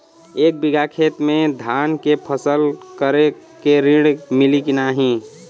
एक बिघा खेत मे धान के फसल करे के ऋण मिली की नाही?